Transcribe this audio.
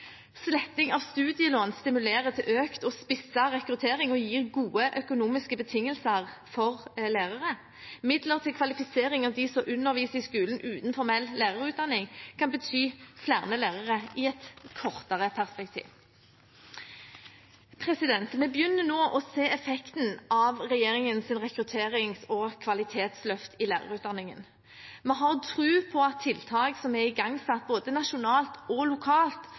Sletting av studielån stimulerer til økt og spisset rekruttering og gir gode økonomiske betingelser for lærere. Midler til kvalifisering av dem som underviser i skolen uten å ha formell lærerutdanning, kan bety flere lærere i et kortere perspektiv. Vi begynner nå å se effekten av regjeringens rekrutterings- og kvalitetsløft i lærerutdanningen. Vi har tro på at tiltak som er igangsatt både nasjonalt og lokalt,